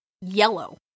yellow